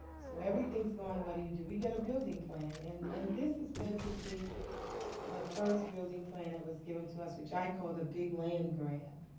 so everything's gone. what do you do? we get a building plan. and and this is basically the first building plan that was given to us, which i called the big land grab.